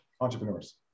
entrepreneurs